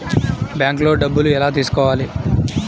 బ్యాంక్లో డబ్బులు ఎలా తీసుకోవాలి?